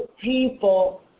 people